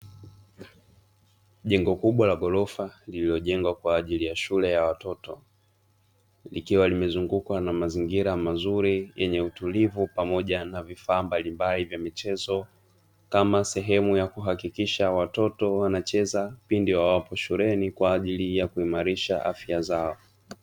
Jengo kubwa la ghorofa lililojengwa kwaajili ya shule ya watoto likiwa limefunguliwa na mazingira mazuri yenye utulivu pamoja na vifaa mbalimbali vya michezo kama sehemu ya kuhakikisha watoto wanacheza wawapo shuleni kwaajili ya kuimarisha afya zao.